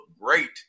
great